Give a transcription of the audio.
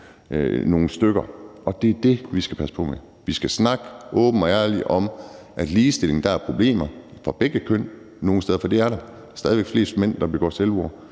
nogle stykker, og det er det, vi skal passe på med. Vi skal snakke åbent og ærligt om, at hvad angår ligestilling, er der problemer for begge køn nogle steder, for det er der. Der er stadig væk flest mænd, der begår selvmord,